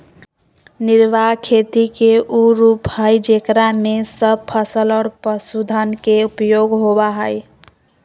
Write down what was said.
निर्वाह खेती के उ रूप हइ जेकरा में सब फसल और पशुधन के उपयोग होबा हइ